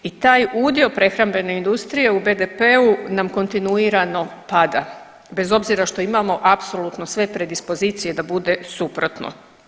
I taj udio prehrambene industrije u BDP-u nam kontinuirano pada, bez obzira što imamo apsolutno sve predispozicije da bude suprotno.